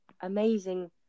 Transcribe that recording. amazing